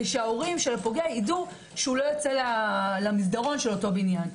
שההורים של הפוגע יידעו שלא ייצא למסדרון של הבניין.